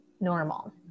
normal